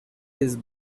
his